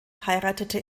heiratete